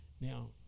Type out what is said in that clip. Now